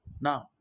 Now